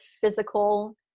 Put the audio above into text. physical